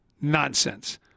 Nonsense